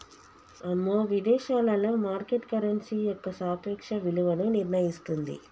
అమ్మో విదేశాలలో market currency యొక్క సాపేక్ష విలువను నిర్ణయిస్తుంది